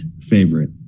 favorite